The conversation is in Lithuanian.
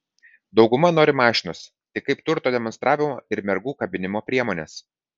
dauguma nori mašinos tik kaip turto demonstravimo ir mergų kabinimo priemonės